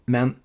Men